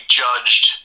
judged